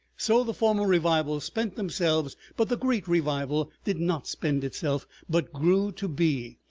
so the former revivals spent themselves, but the great revival did not spend itself, but grew to be,